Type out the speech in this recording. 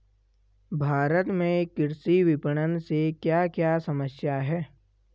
भारत में कृषि विपणन से क्या क्या समस्या हैं?